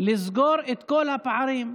לסגור את כל הפערים.